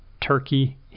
turkey